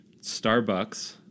Starbucks